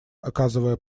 оказывая